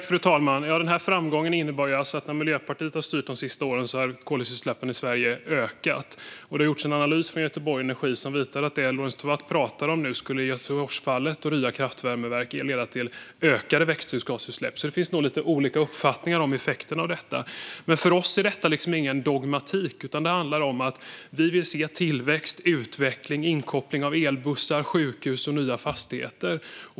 Fru talman! Denna framgång innebär alltså att koldioxidutsläppen i Sverige har ökat när Miljöpartiet har styrt de senaste åren. Göteborg Energi har gjort en analys som visar att det Lorentz Tovatt nu talar om skulle leda till ökade växthusgasutsläpp i Göteborgsfallet och när det gäller Rya kraftvärmeverk. Så det finns nog lite olika uppfattningar om effekterna av detta. Men för oss är detta ingen dogmatik. Det handlar om att vi vill se tillväxt, utveckling och inkoppling av elbussar, sjukhus och nya fastigheter.